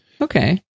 okay